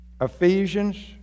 Ephesians